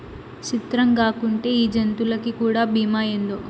సిత్రంగాకుంటే ఈ జంతులకీ కూడా బీమా ఏందో